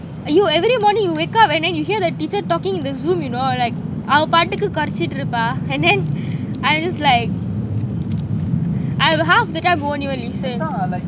you every morning you wake up and then you hear the teacher talking in the zoom you know like அவ பாட்டுக்கு கொறச்சிட்டு இருப்பா:ava patuku korachitu iruppa and then I'm just like I'm half the time